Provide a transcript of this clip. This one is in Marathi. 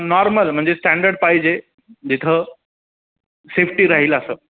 नॉर्मल म्हणजे स्टँडर्ड पाहिजे जिथं सेफ्टी राहील असं